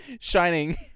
Shining